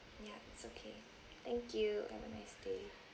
ya it's okay thank you have a nice day